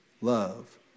love